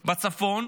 בצפון.